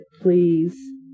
please